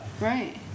Right